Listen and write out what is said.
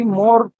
more